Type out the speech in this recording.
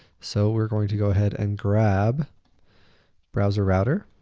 so we're going to go ahead and grab browserrouter